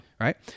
Right